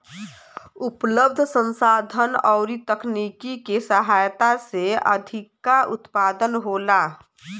उपलब्ध संसाधन अउरी तकनीकी के सहायता से अधिका उत्पादन होला